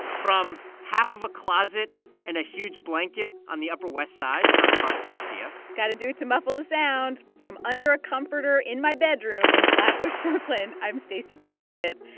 from half of a closet and a huge blanket on the upper west side, i'm cardiff garcia got to do it to muffle the sound from under a comforter in my bedroom in flatbush, brooklyn, i'm stacey vanek smith.